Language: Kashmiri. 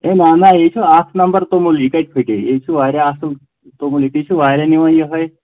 ہے نہ نہ یے چھُ اَکھ نمبر توٚمُل یہِ کَتہِ پھٕٹہِ یے چھُ واریاہ اَصٕل توٚمل ییٚتے چھِ واریاہ نِوان یِہوٚے